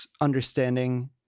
understanding